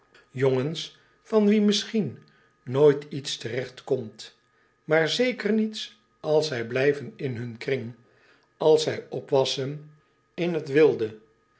jongens van wie misschien nooit iets te regt komt maar zeker niets als zij blijven in hun kring als zij opwassen in het wilde